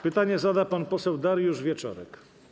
Pytanie zada pan poseł Dariusz Wieczorek.